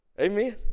Amen